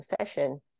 session